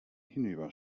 hinüber